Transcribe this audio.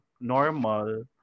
normal